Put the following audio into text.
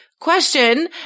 Question